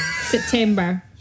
September